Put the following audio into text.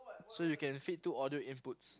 so you can fit two audio inputs